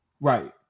right